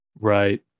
Right